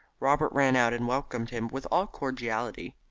robert ran out and welcomed him with all cordiality.